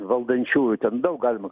valdančiųjų ten daug galima